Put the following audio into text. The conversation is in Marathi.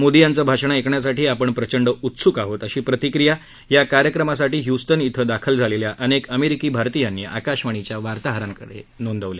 मोदी यांचं भाषण ऐकण्यासाठी आपण प्रचंड उत्सुक आहोत अशा प्रतिक्रिया या कार्यक्रमासाठी द्युस्टन इथं दाखल झालेल्या अनेक अमेरिकी भारतीयांनी आकाशवाणीच्या वार्ताहरांकडे नोंदवल्या